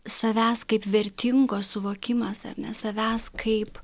savęs kaip vertingo suvokimas ar ne savęs kaip